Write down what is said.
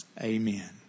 Amen